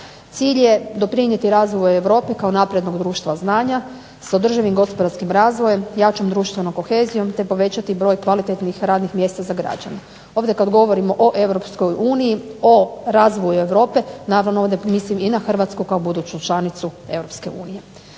Cilj je doprinijeti razvoju Europe kao naprednog društva znanja s održivim gospodarskim razvojem, jačom društvenom kohezijom te povećati broj kvalitetnih radnih mjesta za građane. Ovdje kada govorimo o EU o razvoju Europe, naravno ovdje mislim i na HRvatsku kao buduću članicu EU.